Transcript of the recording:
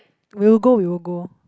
we will go we will go